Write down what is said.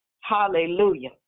hallelujah